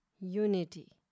Unity